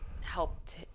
helped